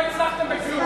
לא הצלחתם בכלום.